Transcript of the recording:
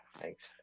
Thanks